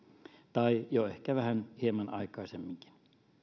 tai jo ehkä hieman aikaisemminkin